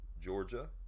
Georgia